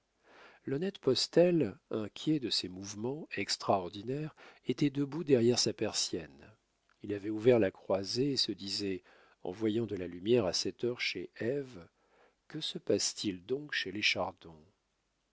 l'honnête postel inquiet de ces mouvements extraordinaires était debout derrière sa persienne il avait ouvert la croisée et se disait en voyant de la lumière à cette heure chez ève que se passe-t-il donc chez les chardon